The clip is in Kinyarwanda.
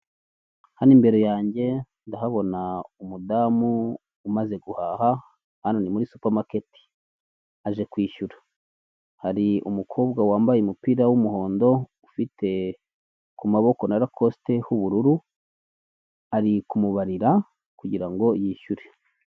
Hano imbere yanjye ndahabona umudamu umaze guhaha, hano ni muri supa maketi aje kwishyura, hari umukobwa wambaye umupira w'umuhondo ufite ku maboko na rakosite h'ubururu, ari ku mubarira kugira ngo yishyure.